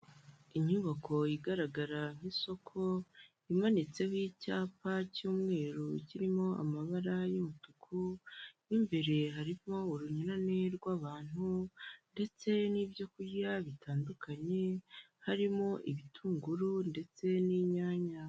Inyubako igaragara nk'isoko, imanitseho icyapa cy'umweru kirimo amabara y'umutuku, n'imbere harimo urunyurane rw'abantu, ndetse n'ibyo kurya bitandukanye, harimo ibitunguru ndetse n'inyanya.